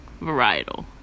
varietal